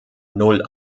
null